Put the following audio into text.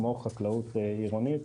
כמו חקלאות עירונית.